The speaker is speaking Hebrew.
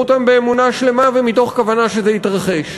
אותם באמונה שלמה ומתוך כוונה שזה יתרחש.